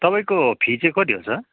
तपाईँको फी चाहिँ कति हो सर